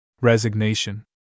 Resignation